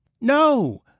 No